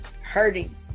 hurting